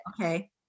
Okay